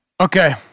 Okay